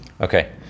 Okay